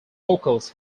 vocals